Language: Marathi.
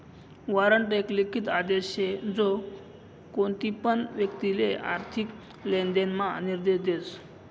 वारंट एक लिखित आदेश शे जो कोणतीपण व्यक्तिले आर्थिक लेनदेण म्हा निर्देश देस